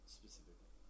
specifically